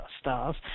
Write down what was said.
stars